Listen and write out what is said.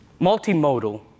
Multimodal